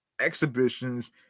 exhibitions